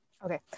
Okay